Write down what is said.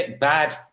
bad